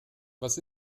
was